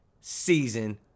season